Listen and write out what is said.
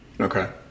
Okay